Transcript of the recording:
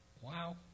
Wow